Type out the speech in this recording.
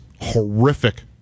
horrific